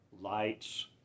lights